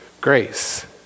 Grace